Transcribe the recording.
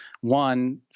one